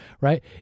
right